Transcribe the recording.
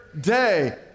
day